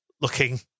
looking